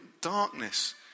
darkness